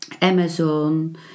Amazon